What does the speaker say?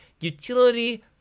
Utility